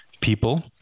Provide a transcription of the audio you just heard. people